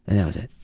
that was it.